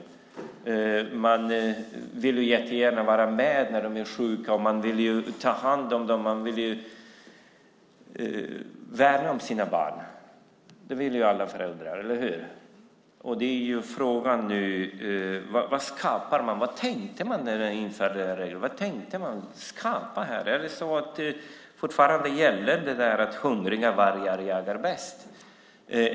Man vill vara med när de är sjuka och man vill ta hand om dem. Man vill värna om sina barn. Det vill alla föräldrar, eller hur? Vad tänkte man när man införde dessa regler? Gäller det fortfarande att hungriga vargar jagar bäst?